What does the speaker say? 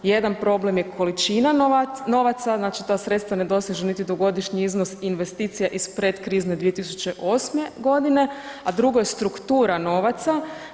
Jedan problem je količina novaca, znači ta sredstva ne dosežu niti do godišnji iznos investicije iz predkrizne 2008. g., a drugo je struktura novaca.